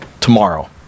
tomorrow